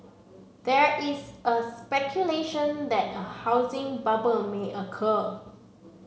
there is a speculation that a housing bubble may occur